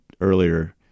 earlier